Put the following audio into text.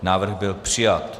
Návrh byl přijat.